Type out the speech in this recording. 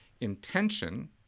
intention